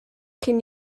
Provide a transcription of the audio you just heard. cyn